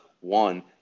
one